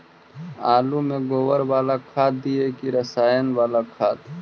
आलु में गोबर बाला खाद दियै कि रसायन बाला खाद?